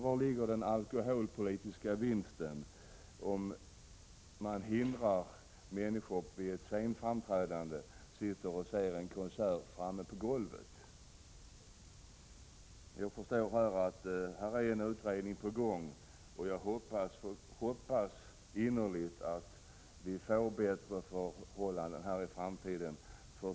Vari ligger den alkoholpolitiska vinsten med att man hindrar människor från att vid ett scenframträdande se konserten sittande på golvet framför scenen? Jag förstår att det är en utredning på gång, och jag hoppas innerligt att vi får bättre förhållanden i framtiden.